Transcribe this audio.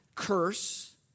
curse